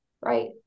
right